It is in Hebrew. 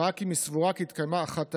רק אם היא סבורה כי התקיימה אחת העילות.